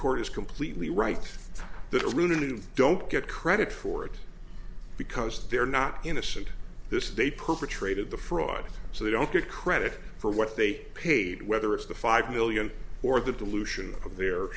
court is completely right the root don't get credit for it because they're not innocent this they perpetrated the fraud so they don't get credit for what they paid whether it's the five million or the dilution of their